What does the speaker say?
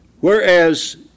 Whereas